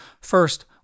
First